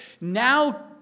Now